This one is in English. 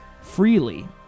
freely